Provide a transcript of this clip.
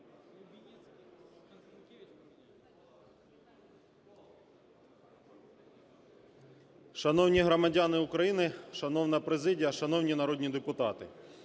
Шановні громадяни України, шановна президія, шановні народні депутати!